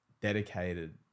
dedicated